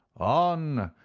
on,